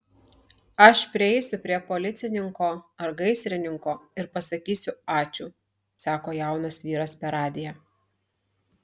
aš prieisiu prie policininko ar gaisrininko ir pasakysiu ačiū sako jaunas vyras per radiją